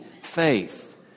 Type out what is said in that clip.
faith